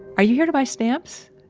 are you here to buy stamps?